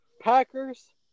Packers